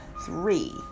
three